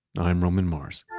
i'm roman mars